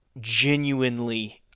genuinely